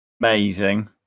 amazing